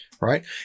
right